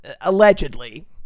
allegedly